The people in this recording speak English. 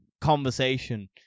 conversation